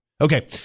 Okay